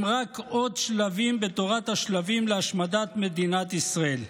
הם רק עוד שלבים בתורת השלבים להשמדת מדינת ישראל.